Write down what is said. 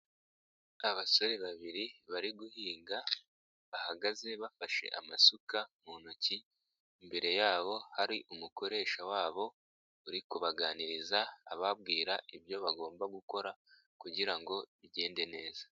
Abasore babiri bari guhinga bahagaze bafashe amasuka mu ntoki, imbere yabo hari umukoresha wabo uri kubaganiriza ababwira ibyo bagomba gukora kugira ngo bigende neza.